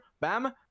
bam